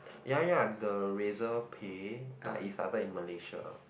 ya ya the razor pay like is either in Malaysia